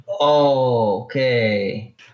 Okay